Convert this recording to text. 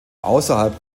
außerhalb